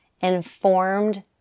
informed